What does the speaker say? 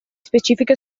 specifiche